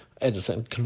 Edison